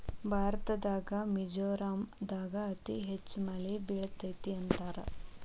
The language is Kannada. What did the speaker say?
ಭಾರತದಾಗ ಮಿಜೋರಾಂ ದಾಗ ಅತಿ ಹೆಚ್ಚ ಮಳಿ ಬೇಳತತಿ ಅಂತಾರ